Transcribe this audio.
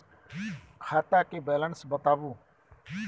खाता के बैलेंस बताबू?